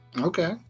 Okay